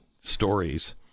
stories